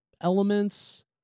elements